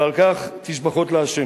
ועל כך תשבחות לה'.